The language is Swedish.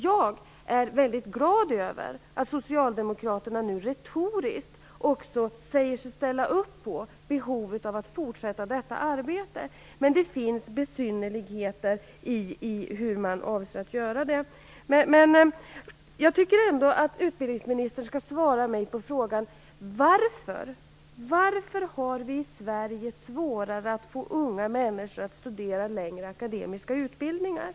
Jag är väldigt glad över att Socialdemokraterna nu retoriskt säger sig ställa upp på behovet av att fortsätta detta arbete. Men det finns besynnerligheter när det gäller hur man avser att göra det. Jag tycker ändå att utbildningsministern skall svara mig på frågan: Varför har vi i Sverige svårare att få unga människor att studera längre i akademiska utbildningar?